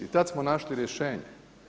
I tada smo našli rješenje.